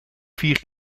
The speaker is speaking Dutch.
vier